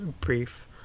brief